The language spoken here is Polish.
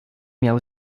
miał